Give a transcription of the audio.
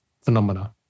phenomena